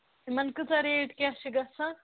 تِمَن کۭژاہ ریٹ کیٛاہ چھِ گژھان